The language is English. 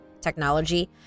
technology